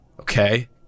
Okay